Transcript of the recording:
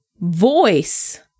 voice